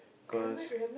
cause